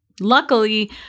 Luckily